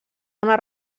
una